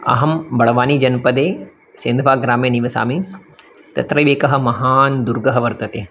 अहं बड्वानीजनपदे सेन्धवा ग्रामे निवसामि तत्रैव एकः महान् दुर्गः वर्तते